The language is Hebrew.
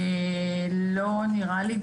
לא נראה לי.